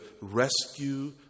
rescue